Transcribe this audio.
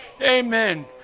Amen